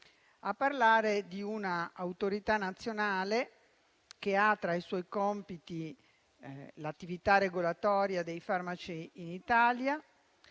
a parlare di una autorità nazionale che ha tra i suoi compiti l'attività regolatoria dei farmaci in Italia,